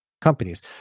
companies